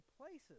places